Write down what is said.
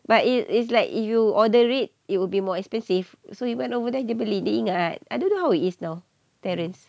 but it is like you order it it will be more expensive so he went over there dia beli dia ingat I don't know how it is now terrence